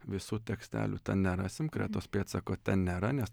visų tekstelių ten nerasim kretos pėdsako ten nėra nes